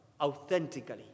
authentically